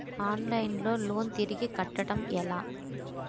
Online లో loan తిరిగి కట్టడం ఎలా?